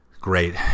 great